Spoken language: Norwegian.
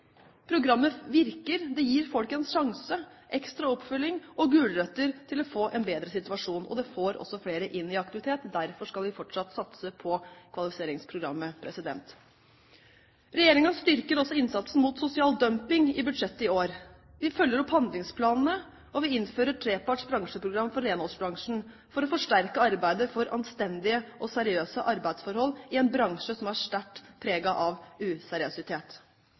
Programmet virker, det gir folk en sjanse, ekstra oppfølging og er en gulrot for å få en bedre situasjon, og det får også flere inn i aktivitet. Derfor skal vi fortsatt satse på kvalifiseringsprogrammet. Regjeringen styrker også innsatsen mot sosial dumping i budsjettet i år. Vi følger opp handlingsplanene, og vi innfører et treparts bransjeprogram for renholdsbransjen for å forsterke arbeidet for anstendige og seriøse arbeidsforhold i en bransje som er sterkt preget av useriøsitet.